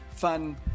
fun